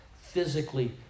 physically